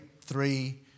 three